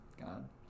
God